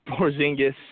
Porzingis